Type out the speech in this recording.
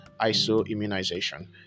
isoimmunization